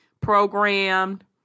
programmed